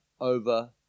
over